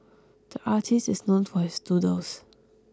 the artist is known for his doodles